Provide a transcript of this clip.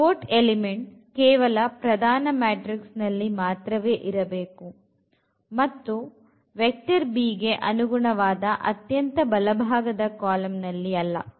pivot element ಕೇವಲ ಪ್ರಧಾನ matrix ನಲ್ಲಿ ಮಾತ್ರವೇ ಇರಬೇಕು ಮತ್ತು ವೆಕ್ಟರ್ b ಗೆ ಅನುಗುಣವಾದ ಅತ್ಯಂತ ಬಲಭಾಗದ ಕಾಲಂ ನಲ್ಲಿ ಅಲ್ಲ